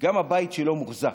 גם הבית שלו מוחזק.